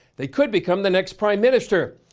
they could become the next by minister.